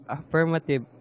affirmative